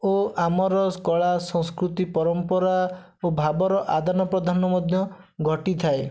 ଓ ଆମର କଳା ସଂସ୍କୃତି ପରମ୍ପରା ଓ ଭାବର ଆଦାନ ପ୍ରଦାନ ମଧ୍ୟ ଘଟିଥାଏ